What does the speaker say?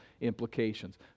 implications